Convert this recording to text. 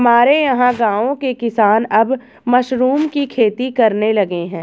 हमारे यहां गांवों के किसान अब मशरूम की खेती करने लगे हैं